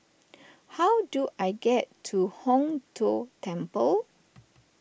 how do I get to Hong Tho Temple